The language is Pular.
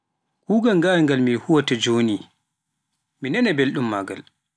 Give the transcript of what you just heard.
kuugal ngal ngal mi huwaata jooni mi nanaa bilɗum magal.